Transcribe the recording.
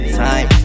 time